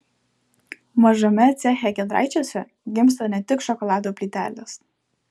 mažame ceche giedraičiuose gimsta ne tik šokolado plytelės